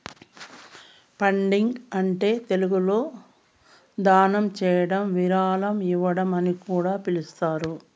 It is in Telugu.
ఫండింగ్ అంటే తెలుగులో దానం చేయడం విరాళం ఇవ్వడం అని కూడా పిలుస్తారు